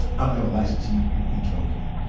i don't have a license. he you know he drove me.